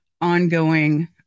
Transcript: ongoing